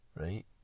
Right